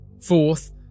Fourth